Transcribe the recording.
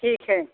ठीक है